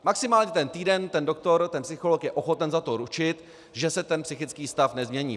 Maximálně ten týden ten doktor, ten psycholog je ochoten za to ručit, že se psychický stav nezmění.